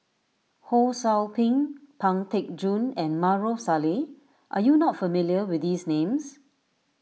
Ho Sou Ping Pang Teck Joon and Maarof Salleh are you not familiar with these names